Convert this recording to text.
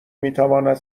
میتواند